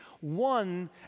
one